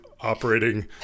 operating